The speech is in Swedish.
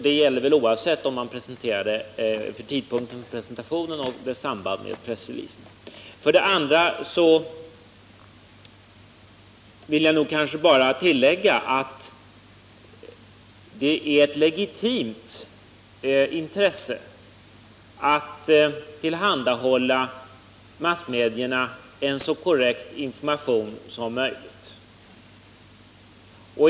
Det gäller oavsett om man presenterar innehållet vid tidpunkten för presentationen av propositionen eller i samband med pressreleasen. För det andra: Det är ett legitimt intresse att tillhandahålla massmedierna en så korrekt information som möjligt.